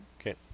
Okay